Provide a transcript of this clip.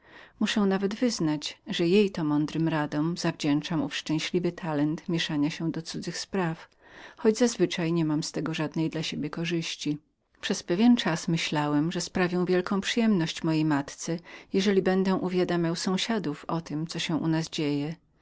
muszę nawet wyznać że jej to mądrym radom winien jestem ów szczęśliwy talent mieszania się do cudzych spraw choć często nie widzę w tem żadnej dla siebie korzyści był także czas w którym myślałem że sprawię wielką przyjemność mojej matce jeżeli będę uwiadamiał sąsiadów o tem co u nas się dzieje